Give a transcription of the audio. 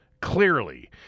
clearly